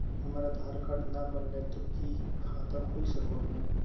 हमर आधार कार्ड न बनलै तो तो की खाता खुल सको है?